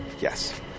Yes